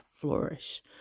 flourish